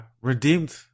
Redeemed